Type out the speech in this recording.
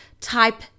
type